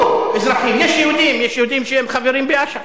יש יהודים שהם חברים באש"ף,